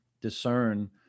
discern